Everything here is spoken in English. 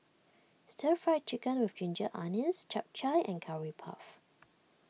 Stir Fried Chicken with Ginger Onions Chap Chai and Curry Puff